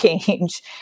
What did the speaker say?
change